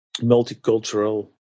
multicultural